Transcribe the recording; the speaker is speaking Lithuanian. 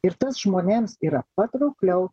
ir tas žmonėms yra patraukliau